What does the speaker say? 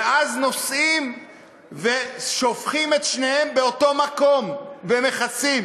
ואז נוסעים ושופכים את שתיהן באותו מקום ומכסים.